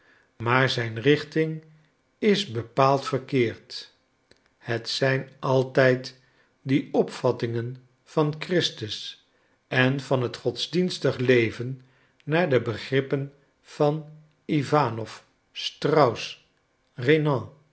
maar zijn richting is bepaald verkeerd het zijn altijd die opvattingen van christus en van het godsdienstig leven naar de begrippen van iwanof strauss renan